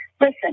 Listen